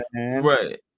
Right